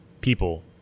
people